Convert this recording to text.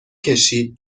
کشید